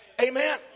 Amen